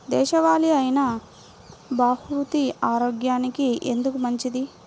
దేశవాలి అయినా బహ్రూతి ఆరోగ్యానికి ఎందుకు మంచిది?